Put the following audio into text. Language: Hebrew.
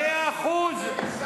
מאה אחוז.